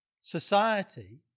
society